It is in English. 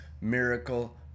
miracle